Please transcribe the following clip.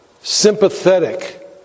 sympathetic